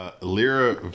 Lyra